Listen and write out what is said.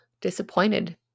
disappointed